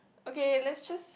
okay let's just